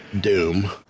Doom